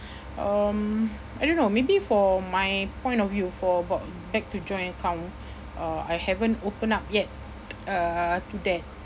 um I don't know maybe for my point of view for about back to joint account uh I haven't open up yet uh to that